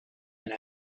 and